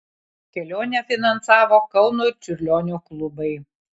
kelionę finansavo kauno ir čiurlionio klubai